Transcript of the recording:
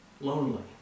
lonely